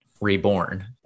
reborn